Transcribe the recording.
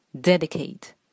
dedicate